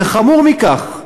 וחמור מכך,